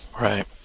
right